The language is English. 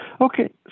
Okay